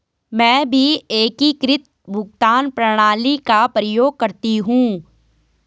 मैं भी एकीकृत भुगतान प्रणाली का प्रयोग करती हूं